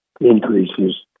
increases